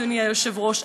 אדוני היושב-ראש,